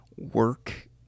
work